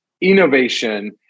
innovation